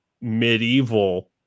medieval